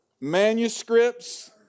manuscripts